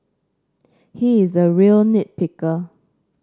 he is a real nit picker